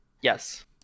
Yes